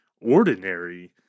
ordinary